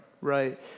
right